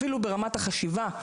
אפילו ברמת החשיבה,